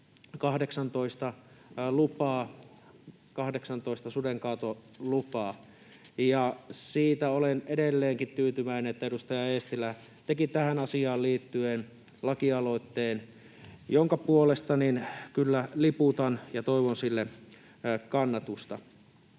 kyseiset 18 sudenkaatolupaa. Ja siitä olen edelleenkin tyytyväinen, että edustaja Eestilä teki tähän asiaan liittyen lakialoitteen, jonka puolesta kyllä liputan ja toivon sille kannatusta.